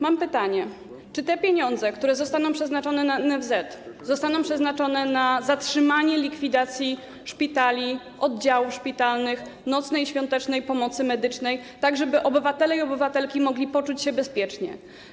Mam pytanie: Czy te pieniądze, które zostaną przeznaczone na NFZ, będą przeznaczone na zatrzymanie likwidacji szpitali, oddziałów szpitalnych nocnej i świątecznej opieki medycznej, tak żeby obywatele i obywatelki mogli poczuć się bezpiecznie?